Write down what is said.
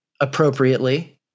appropriately